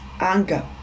anger